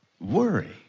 worry